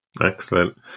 excellent